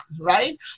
right